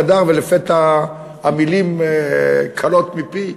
ולפתע המילים כלות מפי,